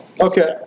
Okay